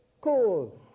cause